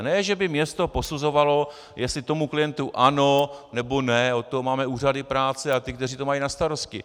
Ne že by město posuzovalo, jestli tomu klientu ano, nebo ne, od toho máme úřady práce a ty, kteří to mají na starosti.